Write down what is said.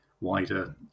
wider